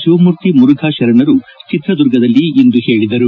ಶಿವಮೂರ್ತಿ ಮುರುಘಾ ಶರಣರು ಚಿತ್ರದುರ್ಗದಲ್ಲಿಂದು ಹೇಳಿದರು